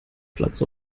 platz